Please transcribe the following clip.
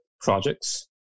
projects